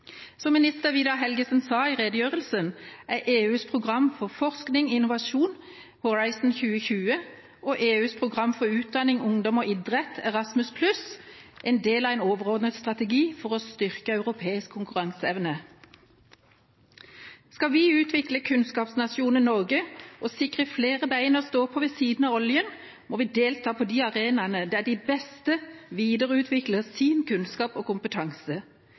Som minister Vidar Helgesen sa i redegjørelsen, er EUs program for forskning og innovasjon, Horizon 2020, og EUs program for utdanning, ungdom og idrett, Erasmus+, en del av en overordnet strategi for å styrke europeisk konkurranseevne. Dersom vi skal utvikle kunnskapsnasjonen Norge og sikre flere bein å stå på ved siden av oljen, må vi delta på de arenaene der de beste videreutvikler sin kunnskap og kompetanse.